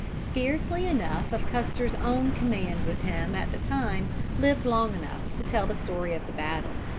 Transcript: scarcely enough of custer's own command with him at the time lived long enough to tell the story of the battle.